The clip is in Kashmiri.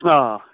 آ